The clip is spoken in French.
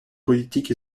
politiques